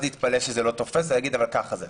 להתפלא שזה לא תופס ולהגיד: אבל ככה זה.